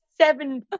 seven